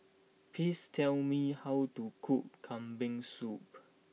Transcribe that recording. please tell me how to cook Kambing Soup